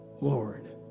Lord